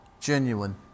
genuine